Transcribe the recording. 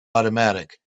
automatic